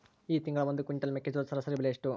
ಈ ತಿಂಗಳ ಒಂದು ಕ್ವಿಂಟಾಲ್ ಮೆಕ್ಕೆಜೋಳದ ಸರಾಸರಿ ಬೆಲೆ ಎಷ್ಟು?